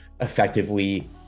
effectively